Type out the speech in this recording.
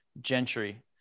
gentry